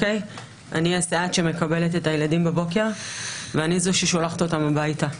אני הסייעת שמקבלת את הילדים בבוקר ואני זו ששולחת אותם הביתה.